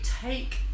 take